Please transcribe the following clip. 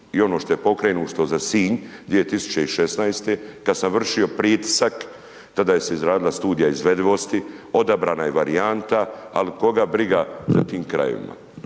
I ono što je pokrenuto za Sinj 2016. kad sam vršio pritisak, tada se je izradila studija izvedivosti, odabrana je varijanta, ali koga briga za tim krajevima.